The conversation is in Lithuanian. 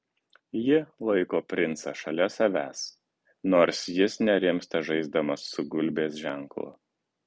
ji laiko princą šalia savęs nors jis nerimsta žaisdamas su gulbės ženklu